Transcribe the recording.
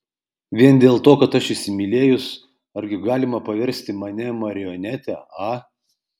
vien dėl to kad aš įsimylėjus argi galima paversti mane marionete a